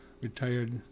Retired